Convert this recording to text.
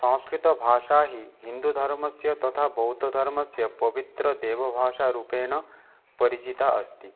संस्कृतभाषा हि हिन्दुधर्मस्य तथा बौद्धधर्मस्य पवित्रदेवभाषारूपेण परिचिता अस्ति